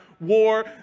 war